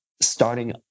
starting